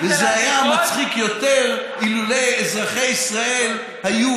וזה היה מצחיק יותר אילולא אזרחי ישראל היו